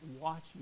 watching